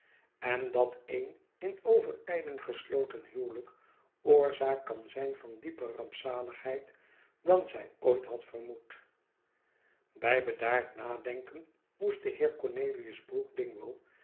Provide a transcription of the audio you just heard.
en dat een in overijling gesloten huwelijk oorzaak kan zijn van dieper rampzaligheid dan zij ooit had vermoed bij bedaard nadenken moest de heer cornelius brook